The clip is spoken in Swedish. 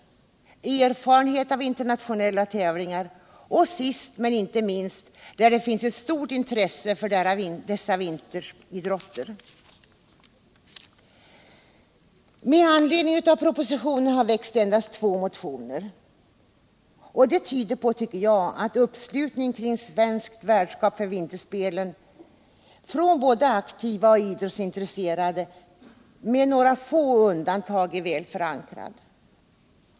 erfarenhet av internatiorella tävlingar och sist men inte minst där det finns eu stort intresse för dessa vinteridrotter. Med anledning av propositionen har väckts endast två motioner. Detta tyder på. tycker jag, att ett svenskt värdskap för vinterspelen är väl förankrat hos aktiva och idrottsintresserade, med några få undantag.